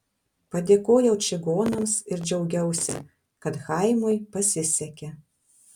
padėkojau čigonams ir džiaugiausi kad chaimui pasisekė